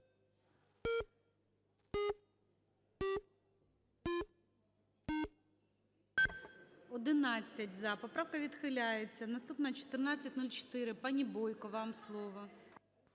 За-11 Поправка відхиляється. Наступна 1404. Пані Бойко, вам слово.